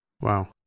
Wow